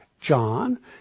John